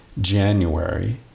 January